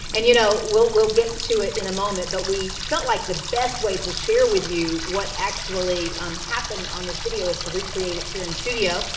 and you know, we'll we'll get to it in a moment, but we felt like the best way to share with you what actually um happened on this video, is to recreate it here in studio.